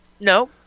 No